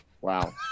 Wow